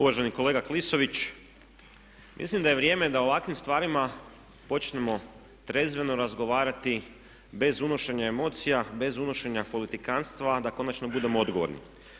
Uvaženi kolega Klisović, mislim da je vrijeme da o ovakvim stvarima počnemo trezveno razgovarati bez unošenja emocija, bez unošenja politikanstva, da konačno budemo odgovorni.